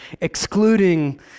excluding